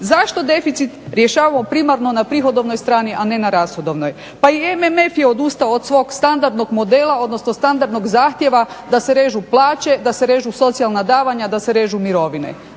Zašto deficit rješavamo primarno na prihodovnoj strani a ne na rashodovnoj, pa i MMF je odustao od svog standardnog modela odnosno standardnog zahtjeva da se režu plaće, da se režu socijalna davanja, da se režu mirovine.